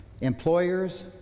employers